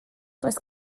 does